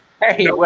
Hey